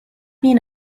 been